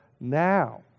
now